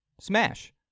Smash